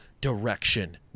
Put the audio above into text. direction